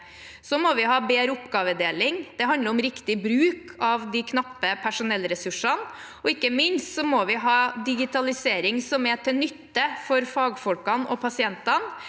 må vi også ha bedre oppgavedeling. Det handler om riktig bruk av de knappe personellressursene. Ikke minst må vi ha digitalisering som er til nytte for fagfolkene og pasientene,